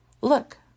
Look